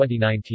2019